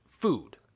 food